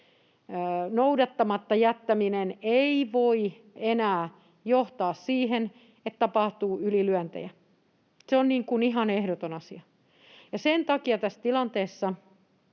noudattamatta jättäminen ei voi enää johtaa siihen, että tapahtuu ylilyöntejä. Se on ihan ehdoton asia. Ja sen takia tässä tilanteessa